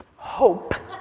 hope,